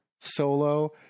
Solo